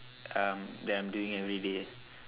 um that I'm doing everyday